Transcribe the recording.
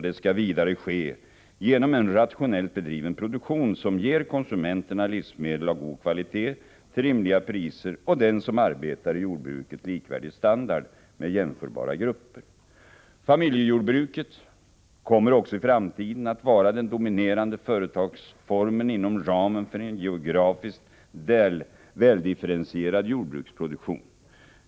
Det skall vidare ske genom en rationellt bedriven produktion som ger konsumenterna livsmedel av god kvalitet till rimliga priser och den som arbetar i jordbruket likvärdig standard med jämförbara grupper. Familjejordbruket kommer också i framtiden att vara den dominerande företagsformen inom ramen för en geografiskt väldifferentierad jordbruksproduktion.